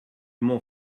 m’en